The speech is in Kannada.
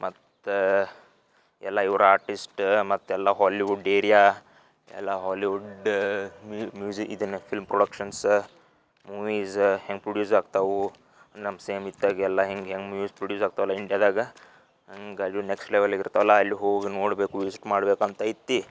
ಮತ್ತು ಎಲ್ಲ ಇವ್ರು ಆರ್ಟಿಸ್ಟ ಮತ್ತು ಎಲ್ಲ ಹೋಲ್ಲಿವುಡ್ ಏರಿಯಾ ಎಲ್ಲ ಹಾಲಿವುಡ್ಡ ಮ್ಯೂಝಿ ಇದನ್ನು ಫಿಲ್ಮ್ ಪ್ರೊಡಕ್ಷನ್ಸ ಮೂವೀಸ ಹೆಂಗೆ ಪ್ರೊಡ್ಯೂಸ್ ಆಗ್ತವೆ ನಮ್ಮ ಸೇಮ್ ಇತ್ಲಾಗೆಲ್ಲ ಹೆಂಗೆ ಹೆಂಗೆ ಮ್ಯೂಸ್ಕ್ ಪ್ರೊಡ್ಯೂಸ್ ಆಗ್ತಾವಲ್ವ ಇಂಡ್ಯಾದಾಗೆ ಹಂಗೆ ಅಲ್ಲಯೂ ನೆಕ್ಸ್ಟ್ ಲೆವಲಿಗೆ ಇರ್ತಾವಲ್ವ ಅಲ್ಲಿ ಹೋಗಿ ನೋಡಬೇಕು ವಿಝ್ಟ್ ಮಾಡಬೇಕಂತ ಐತಿ